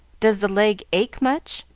does the leg ache much,